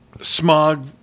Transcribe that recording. smog